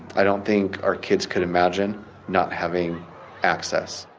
i don't think our kids could imagine not having access.